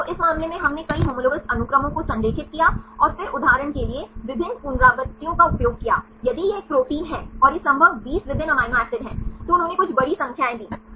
तो इस मामले में हमने कई होमोलोगस अनुक्रमों को संरेखित किया और फिर उदाहरण के लिए विभिन्न पुनरावृत्तियों का उपयोग किया यदि यह एक प्रोटीन है और यह संभव 20 विभिन्न अमीनो एसिड हैं तो उन्होंने कुछ बड़ी संख्याएं दीं